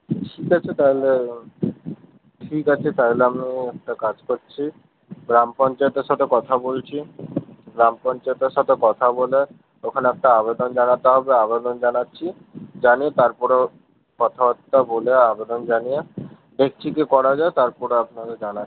ঠিক আছে তাহলে ঠিক আছে তাহলে আমিও একটা কাজ করছি গ্রাম পঞ্চায়েতের সঙ্গে কথা বলছি গ্রাম পঞ্চায়েতের সঙ্গে কথা বলে ওখানে একটা আবেদন জানাতে হবে আবেদন জানাচ্ছি জানিয়ে তারপরে কথাবার্তা বলে আবেদন জানিয়ে দেখছি কী করা যায় তারপরে আপনাকে জানাচ্ছি